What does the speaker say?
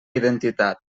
identitat